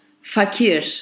fakir